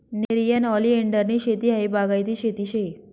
नेरियन ओलीएंडरनी शेती हायी बागायती शेती शे